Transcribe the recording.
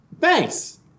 Thanks